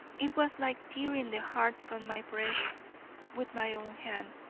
it was like tearing the heart from my breast with my own hand,